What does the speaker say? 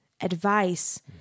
advice